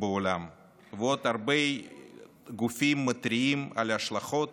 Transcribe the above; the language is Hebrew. בעולם HSBC ועוד הרבה גופים מתריעים על ההשלכות